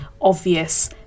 obvious